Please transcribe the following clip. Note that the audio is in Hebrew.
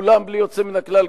כולם בלי יוצא מן הכלל,